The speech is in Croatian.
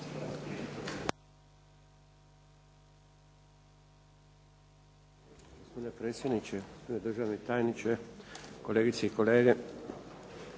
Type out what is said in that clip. Hvala